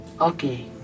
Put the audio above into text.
Okay